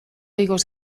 igoz